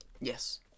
Yes